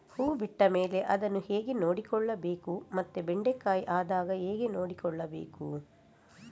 ಹೂ ಬಿಟ್ಟ ಮೇಲೆ ಅದನ್ನು ಹೇಗೆ ನೋಡಿಕೊಳ್ಳಬೇಕು ಮತ್ತೆ ಬೆಂಡೆ ಕಾಯಿ ಆದಾಗ ಹೇಗೆ ನೋಡಿಕೊಳ್ಳಬೇಕು?